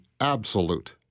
absolute